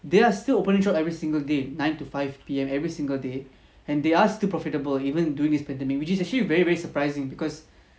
they are still opening shop every single day nine to five P_M every single day and they are still profitable even during this pandemic which is actually very very surprising because